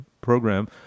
program